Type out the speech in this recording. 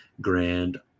Grand